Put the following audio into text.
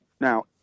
Now